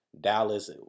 Dallas